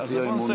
אז בוא נסיים.